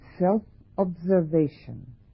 self-observation